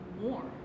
more